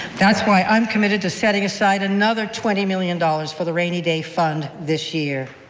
that's why i am committed to setting aside another twenty million dollars for the rainy day fund this year.